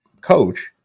coach